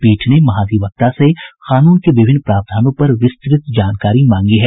पीठ ने महाधिवक्ता से कानून के विभिन्न प्रावधानों पर विस्तृत जानकारी मांगी है